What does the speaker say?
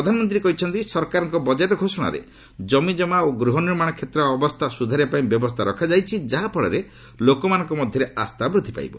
ପ୍ରଧାନମନ୍ତ୍ରୀ କହିଛନ୍ତି ସରକାରଙ୍କ ବଜେଟ୍ ଘୋଷଣାରେ କମିକମା ଓ ଗୃହନିମାଣ କ୍ଷେତ୍ରର ଅବସ୍ଥା ସୁଧାରିବା ପାଇଁ ବ୍ୟବସ୍ଥା ରଖାଯାଇଛି ଯାହାଫଳରେ ଲୋକମାନଙ୍କ ମଧ୍ୟରେ ଆସ୍ଥା ବୃଦ୍ଧିପାଇବ